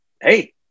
hey